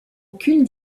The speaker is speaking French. aucune